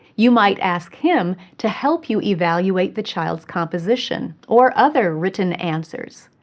you might ask him to help you evaluate the child's composition or other written answers.